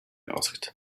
asked